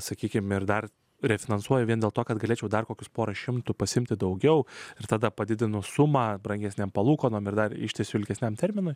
sakykime ir dar refinansuoja vien dėl to kad galėčiau dar kokius porą šimtų pasiimti daugiau ir tada padidino sumą brangesniam palūkanom ir dar ištiesiu ilgesniam terminui